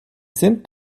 sind